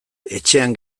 etxean